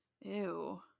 Ew